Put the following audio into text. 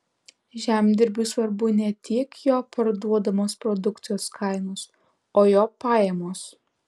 žemdirbiui svarbu ne tiek jo parduodamos produkcijos kainos o jo pajamos